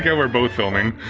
yeah we're both filming